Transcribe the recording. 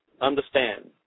Understand